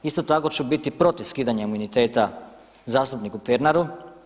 Isto tako ću biti i protiv skidanja imuniteta zastupniku Pernaru.